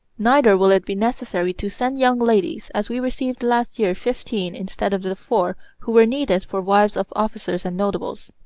neither will it be necessary to send young ladies, as we received last year fifteen, instead of the four who were needed for wives of officers and notables.